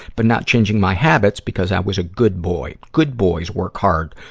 but not changing my habits because i was a good boy. good boys work hard,